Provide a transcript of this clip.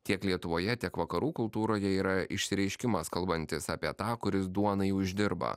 tiek lietuvoje tiek vakarų kultūroje yra išsireiškimas kalbantis apie tą kuris duonai uždirba